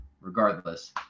regardless